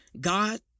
God